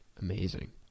Amazing